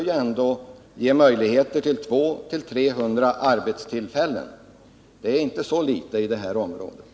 Jan-Ivan Nilsson bjuder över detta med 2 96.